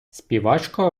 співачка